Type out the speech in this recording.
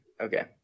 okay